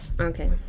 okay